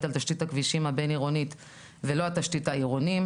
על תשתית הכבישים הבין-עירונית ולא על תשתית הכבישים העירונית.